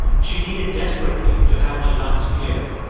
she needed desperately to have her lungs cleared,